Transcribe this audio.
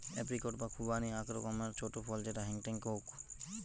apricot বা খুবানি আক রকমের ছোট ফল যেটা হেংটেং হউক